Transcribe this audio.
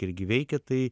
irgi veikia tai